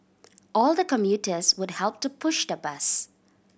all the commuters would help to push the bus